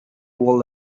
will